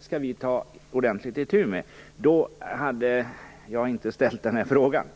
skulle ta itu ordentligt med detta hade jag inte ställt frågan.